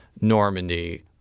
Normandy